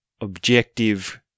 objective